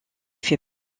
fait